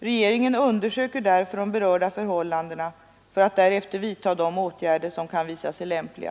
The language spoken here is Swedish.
Regeringen undersöker därför de berörda förhållandena för att därefter vidta de åtgärder som kan visa sig lämpliga.